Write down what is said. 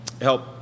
help